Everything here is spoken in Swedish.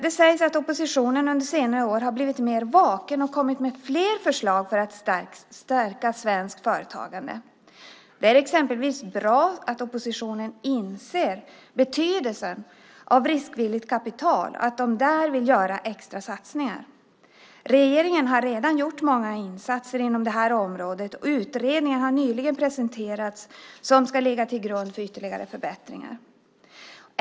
Det sägs att oppositionen under senare år har blivit mer vaken och kommit med fler förslag för att stärka svenskt företagande. Det är exempelvis bra att oppositionen inser betydelsen av riskvilligt kapital och att de där vill göra extra satsningar. Regeringen har redan gjort många insatser inom detta område, och en utredning har nyligen presenterats som ska ligga till grund för ytterligare förbättringar.